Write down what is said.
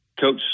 Coach